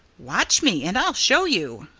watch me and i'll show you!